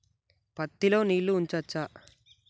పత్తి లో నీళ్లు ఉంచచ్చా?